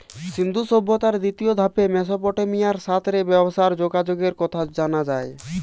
সিন্ধু সভ্যতার দ্বিতীয় ধাপে মেসোপটেমিয়ার সাথ রে ব্যবসার যোগাযোগের কথা জানা যায়